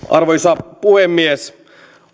arvoisa puhemies